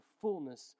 fullness